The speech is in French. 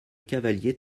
cavalier